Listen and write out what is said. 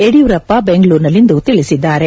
ಯಡಿಯೂರಪ್ಪ ಬೆಂಗಳೂರಿನಲ್ಲಿಂದು ತಿಳಿಸಿದ್ದಾರೆ